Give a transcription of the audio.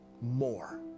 more